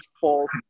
false